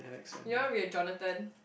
you want be a Jonathan